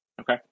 Okay